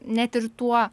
net ir tuo